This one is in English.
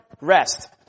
Rest